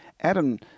Adam